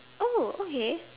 oh okay